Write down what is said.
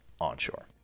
onshore